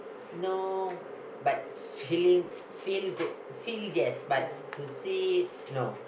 no but feeling feel good feel yes but to see no